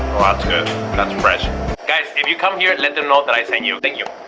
good that's impressive guys if you come here at linton authorised and you thank you